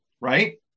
right